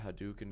Hadouken